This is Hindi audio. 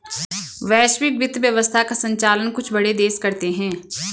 वैश्विक वित्त व्यवस्था का सञ्चालन कुछ बड़े देश करते हैं